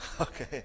Okay